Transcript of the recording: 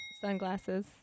Sunglasses